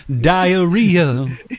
Diarrhea